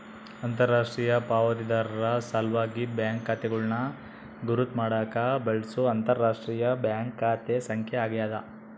ಅಂತರರಾಷ್ಟ್ರೀಯ ಪಾವತಿದಾರರ ಸಲ್ವಾಗಿ ಬ್ಯಾಂಕ್ ಖಾತೆಗಳನ್ನು ಗುರುತ್ ಮಾಡಾಕ ಬಳ್ಸೊ ಅಂತರರಾಷ್ಟ್ರೀಯ ಬ್ಯಾಂಕ್ ಖಾತೆ ಸಂಖ್ಯೆ ಆಗ್ಯಾದ